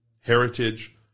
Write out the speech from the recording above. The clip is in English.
heritage